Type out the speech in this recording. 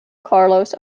carlos